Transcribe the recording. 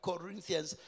Corinthians